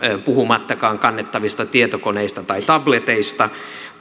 puhumattakaan kannettavista tietokoneista tai tableteista